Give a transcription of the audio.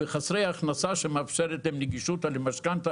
חסרי הכנסה שמאפשרת להם נגישות למשכנתא